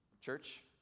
Church